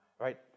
Right